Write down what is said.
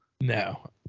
no